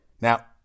Now